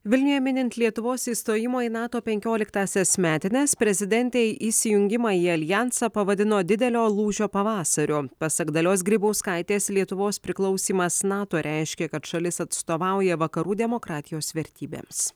vilniuje minint lietuvos įstojimo į nato penkioliktąsias metines prezidentei įsijungimą į aljansą pavadino didelio lūžio pavasariu pasak dalios grybauskaitės lietuvos priklausymas nato reiškia kad šalis atstovauja vakarų demokratijos vertybėms